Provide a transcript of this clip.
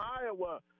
Iowa